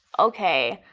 okay,